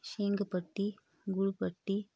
शेंगपट्टी गुळपट्टी